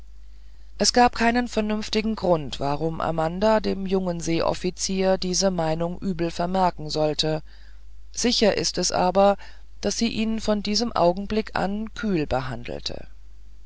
es gab keinen vernünftigen grund warum amanda dem jungen seeoffizier diese meinung übel vermerken sollte sicher ist es aber daß sie ihn von diesem augenblick an kühl behandelte